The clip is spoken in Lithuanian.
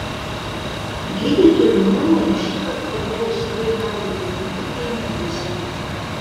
gydytojų nuomone šįkart pavojus v havelo gyvybei negresia